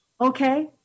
Okay